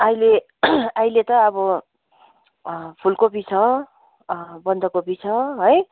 अहिले अहिले त अब फुलकोपी छ बन्दकोपी छ है